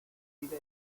pide